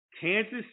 Kansas